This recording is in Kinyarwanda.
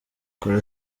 kora